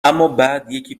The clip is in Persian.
امابعدیکی